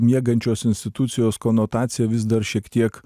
miegančios institucijos konotacija vis dar šiek tiek